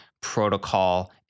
protocol